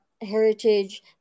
heritage